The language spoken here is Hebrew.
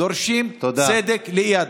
דורשים צדק לאיאד.